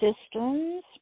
systems